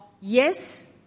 yes